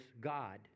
God